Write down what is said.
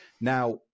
Now